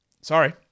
Sorry